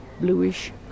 bluish